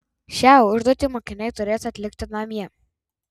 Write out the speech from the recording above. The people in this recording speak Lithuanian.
šią užduotį mokiniai turės atlikti namie